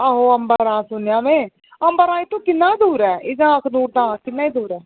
अच्छा अच्छा आहो अंबारा नां सुनेआं में अंबारा इत्थुंआ किन्ना क दूर ऐ